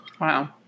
Wow